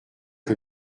que